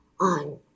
on